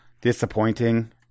disappointing